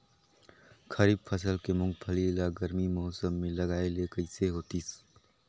खरीफ फसल के मुंगफली ला गरमी मौसम मे लगाय ले कइसे होतिस?